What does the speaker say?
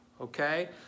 okay